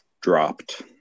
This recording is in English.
dropped